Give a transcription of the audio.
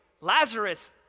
Lazarus